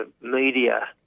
Media